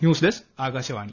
news desk Akashvani